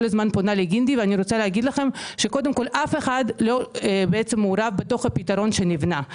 הזמן פונה לגינדי ואני רוצה להגיד לכם שאף אחד לא מעורב בפתרון שנבנה.